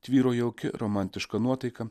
tvyro jauki romantiška nuotaika